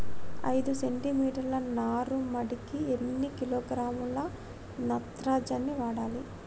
ఐదు సెంటి మీటర్ల నారుమడికి ఎన్ని కిలోగ్రాముల నత్రజని వాడాలి?